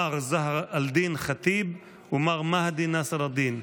מר זהר א-דין ח'טיב ומר מהדי נסר א-דין.